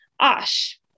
ash